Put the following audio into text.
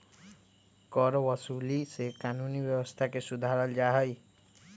करवसूली से कानूनी व्यवस्था के सुधारल जाहई